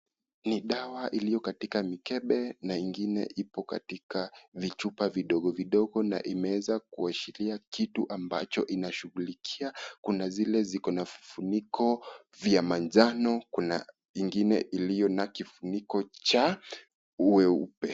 Ni dawa iliyo katika mikebe na ingine ipo katika vichupa vidogo vidogo na imeeza kuashiria kitu ambacho inashugulikia, kuna zile ziko na funiko vya manjano, kuna ingine iliyo na kifuniko cha uweupe.